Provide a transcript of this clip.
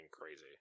crazy